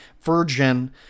virgin